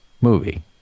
movie